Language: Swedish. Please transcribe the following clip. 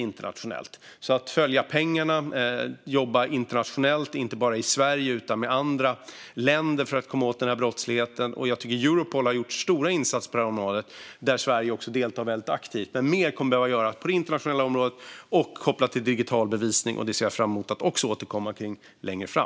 Det handlar om att följa pengarna och att jobba internationellt inte bara i Sverige utan även med andra länder för att komma åt brottsligheten. Europol har gjort stora insatser på området, där Sverige också deltar aktivt. Men mer kommer att behöva göras på det internationella området kopplat till digital bevisning. Det ser jag också fram emot att få återkomma till längre fram.